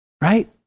Right